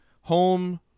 home